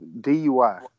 DUI